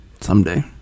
Someday